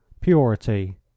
purity